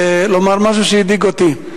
לומר משהו שהדאיג אותי.